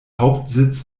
hauptsitz